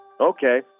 Okay